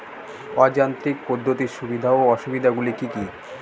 অযান্ত্রিক পদ্ধতির সুবিধা ও অসুবিধা গুলি কি কি?